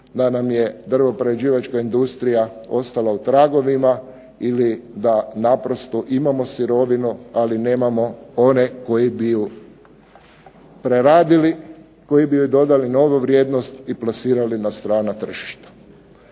da nam je drvoprerađivačka industrija ostala u tragovima ili da naprosto imamo sirovinu, ali nemamo one koji bi ju preradili, koji bi joj dodali novu vrijednost i plasirali na strana tržišta.